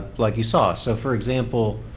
like you saw. so for example,